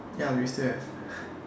ya we still have